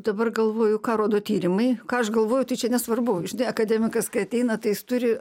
dabar galvoju ką rodo tyrimai ką aš galvoju tai čia nesvarbu žinai akademikas kai ateina tai jis turi